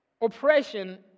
Oppression